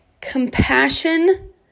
Compassion